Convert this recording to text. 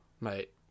Mate